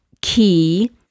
key